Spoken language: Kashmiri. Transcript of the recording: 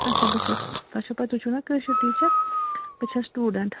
اچھا بہٕ چھَس تۄہہِ چھُو پاے تُہۍ چھُو نا کٲشِر ٹیٖچَر بہٕ چھَس سٹوٗڈَنٛٹ